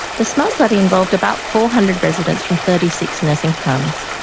the smile study involved about four hundred residents from thirty six nursing homes,